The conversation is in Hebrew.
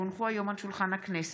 כי הונחו היום על שולחן הכנסת,